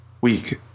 week